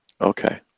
Okay